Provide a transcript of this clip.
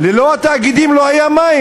לא היו מים.